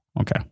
Okay